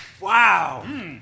Wow